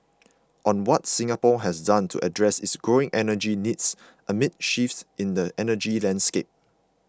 on what Singapore has done to address its growing energy needs amid shifts in the energy landscape